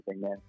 man